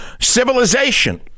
civilization